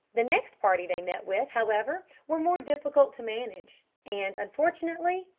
the next party they met with, however, were more difficult to manage, and, unfortunately,